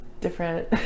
different